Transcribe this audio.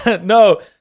No